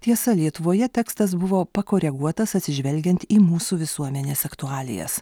tiesa lietuvoje tekstas buvo pakoreguotas atsižvelgiant į mūsų visuomenės aktualijas